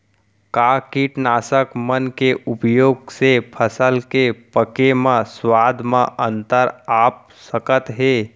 का कीटनाशक मन के उपयोग से फसल के पके म स्वाद म अंतर आप सकत हे?